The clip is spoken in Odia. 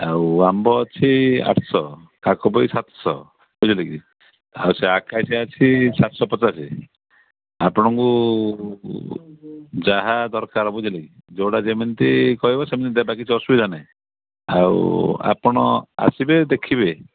ଆଉ ଆମ୍ବ ଅଛି ଆଠଶହ କାଖପୋଇ ସାତଶହ ବୁଝିଲେ କିି ଆଉ ସେ ଆକାଶିଆ ଅଛି ସାତଶହ ପଚାଶ ଆପଣଙ୍କୁ ଯାହା ଦରକାର ବୁଝିଲେ କିି ଯେଉଁଟା ଯେମିତି କହିବ ସେମିତି ଦେବା କିଛି ଅସୁବିଧା ନାହିଁ ଆଉ ଆପଣ ଆସିବେ ଦେଖିବେ